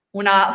una